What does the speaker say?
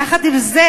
יחד עם זה,